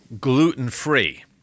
gluten-free